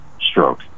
stroke